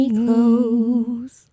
close